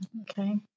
Okay